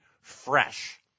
fresh